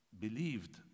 believed